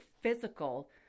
physical